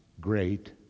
great